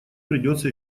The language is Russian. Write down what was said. придётся